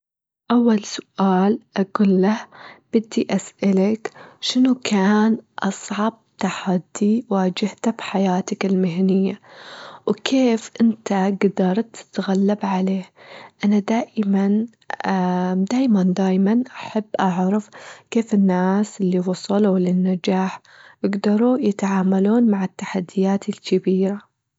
أول سؤال أجوله بدي أسألك، شنو كان أصعب تحدي واجهته بحياتك المهنية؟ وكيف أنت جدرت تتغلب عليه؟ أنا دائمًا دايمًا- دايمًا أحب أعرف كيف الناس اللي وصلوا للنجاح يجدروا يتعاملون مع التحديات الكبيرة.